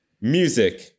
Music